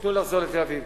תנו לחזור לתל-אביב.